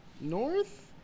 north